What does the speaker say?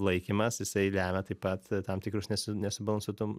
laikymas jisai lemia taip pat tam tikrus nesu nesubalansuotum